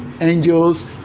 Angels